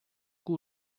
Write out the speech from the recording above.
que